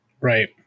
Right